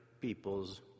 people's